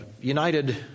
United